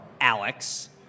Alex